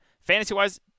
fantasy-wise